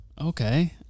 Okay